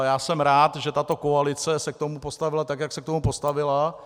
Já jsem rád, že tato koalice se k tomu postavila tak, jak se k tomu postavila.